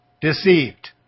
deceived